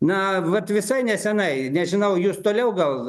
na vat visai nesenai nežinau jūs toliau gal